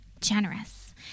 generous